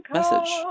message